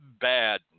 bad